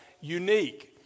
unique